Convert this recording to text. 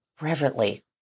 reverently